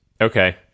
Okay